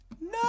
No